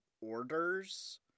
orders